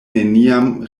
neniam